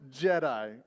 jedi